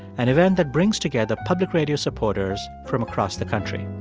an event that brings together public radio supporters from across the country